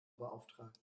beauftragt